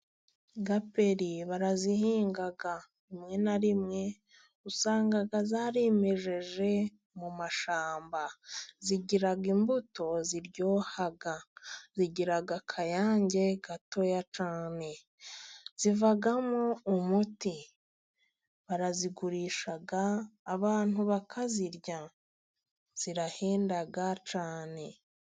Gaperi barazihinga rimwe na rimwe usanga zarimejeje mu mashyamba. Zigira imbuto ziryoha, zigira akayange gatoya cyane, zivamo umuti, barazigurisha abantu bakazirya, zirahenda cyane.